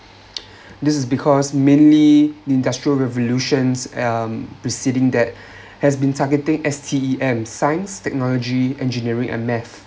this is because mainly industrial revolutions um preceding that has been targeting S_T_E_M science technology engineering and math